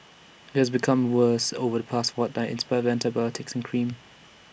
IT has become worse over the past fortnight in spite of antibiotics and cream